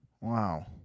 Wow